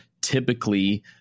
Typically